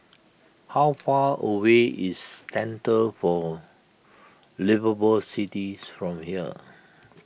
how far away is Centre for Liveable Cities from here